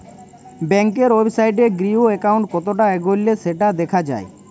ব্যাংকের ওয়েবসাইটে গিএ একাউন্ট কতটা এগল্য সেটা দ্যাখা যায়